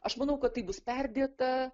aš manau kad tai bus perdėta